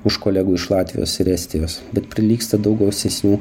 už kolegų iš latvijos ir estijos bet prilygsta daug gausesnių